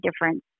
difference